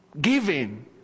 giving